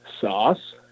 sauce